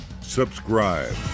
subscribe